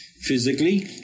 Physically